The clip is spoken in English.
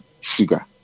sugar